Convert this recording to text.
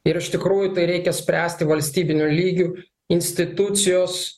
ir iš tikrųjų tai reikia spręsti valstybiniu lygiu institucijos